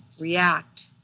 react